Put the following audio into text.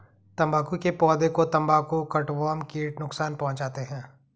तंबाकू के पौधे को तंबाकू कटवर्म कीट नुकसान पहुंचाते हैं